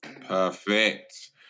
Perfect